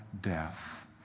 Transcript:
death